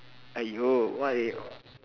!aiyo! why